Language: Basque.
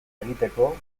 egiteko